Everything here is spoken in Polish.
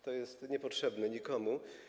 To jest niepotrzebne nikomu.